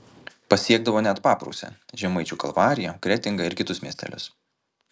pasiekdavo net paprūsę žemaičių kalvariją kretingą ir kitus miestelius